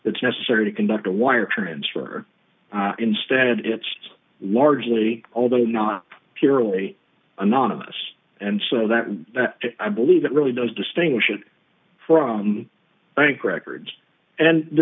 it's necessary to conduct a wire transfer instead it's largely although not purely anonymous and so that i believe that really does distinguish it from bank records and the